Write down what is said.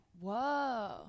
whoa